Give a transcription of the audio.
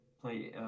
play